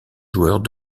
joueurs